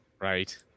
Right